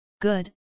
Good